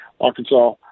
Arkansas